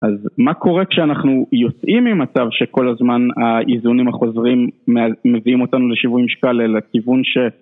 אז מה קורה כשאנחנו יוצאים ממצב שכל הזמן האיזונים החוזרים מביאים אותנו לשיווי משקל לכיוון ש...